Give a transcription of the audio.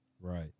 Right